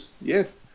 yes